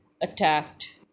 attacked